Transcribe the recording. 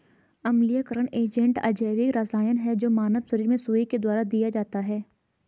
अम्लीयकरण एजेंट अजैविक रसायन है जो मानव शरीर में सुई के द्वारा दिया जाता है